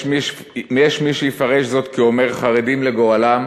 יש מי שיפרש זאת כאומר "חרדים לגורלם"